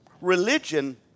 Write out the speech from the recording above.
Religion